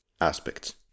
aspects